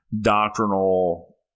doctrinal